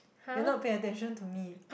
you're not paying attention to me